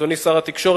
אדוני שר התקשורת,